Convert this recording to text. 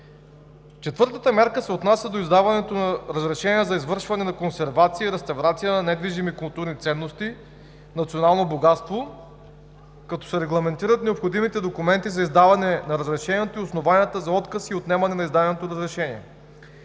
Четвъртата мярка се отнася до издаването на разрешение за извършване на консервация и реставрация на движими културни ценности национално богатство, като се регламентират необходимите документи за издаване на разрешението и основанията за отказ и за отнемане на издаденото разрешение.